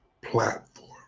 platform